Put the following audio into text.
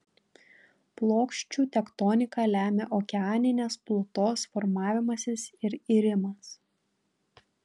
plokščių tektoniką lemia okeaninės plutos formavimasis ir irimas